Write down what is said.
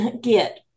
get